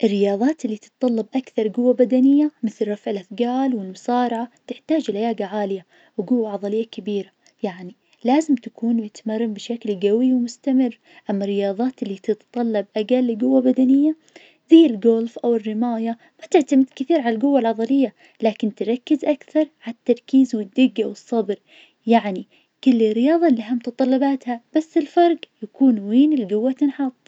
الرياظات اللي تتطلب أكثر قوة بدنية مثل رفع الأثقال والمصارعة تحتاج لياقة عالية وقوة عظلية كبيرة، يعني لازم تكون متمرن بشكل قوي ومستمر. أما الرياظات اللي تتطلب أقل قوة بدنية زي الجولف أو الرماية ما تعتمد كثير على القوة العظلية لكن تركز أكثر على التركيز والدقة والصبر يعني كل رياضة لها متطلباتها بس الفرق يكون وين القوة تنحط.